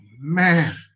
man